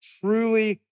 truly